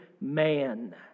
man